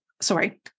sorry